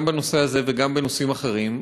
גם בנושא הזה וגם בנושאים אחרים,